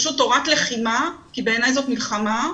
פשוט תורת לחימה כי בעיני זאת מלחמה,